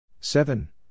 Seven